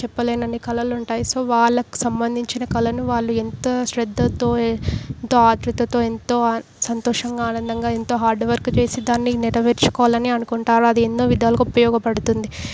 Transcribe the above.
చెప్పలేనన్ని కళలు ఉంటాయి సో వాళ్ళకు సంబంధించిన కళను వాళ్ళు ఎంత శ్రద్ధతో ఎ దాతృత్వంతో ఎంతో ఆన్ సంతోషంగా ఆనందంగా ఎంతో హార్డ్ వర్క్ చేసి దాన్ని నెరవేర్చుకోవాలని అనుకుంటారు అది ఎన్నో విధాలుగా ఉపయోగపడుతుంది